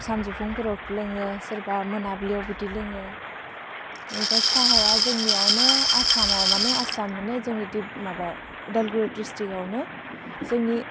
सानजौफुफोराव लोङो सोरबा मोनाब्लियाव बिब्दि लोङो बिनिफ्राय साहाया जोंनियावनो आसामाव मानि आसाम मानि दि माबा उदालगुरि डिस्ट्रिकयावनो जोंनि